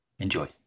Enjoy